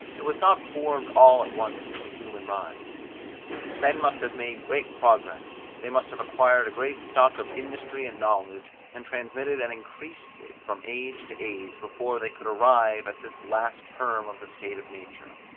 it was not formed all at once in the human mind men must have made great progress they must have acquired a great stock of industry and knowledge, and transmitted and increased it from age to age before they could arrive at this last term of the state of nature.